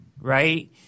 right